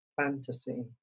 fantasy